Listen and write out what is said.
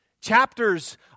chapters